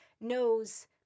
knows